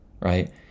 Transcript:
right